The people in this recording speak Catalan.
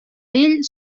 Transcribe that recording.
ell